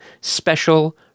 special